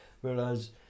whereas